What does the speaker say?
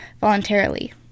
voluntarily